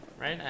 Right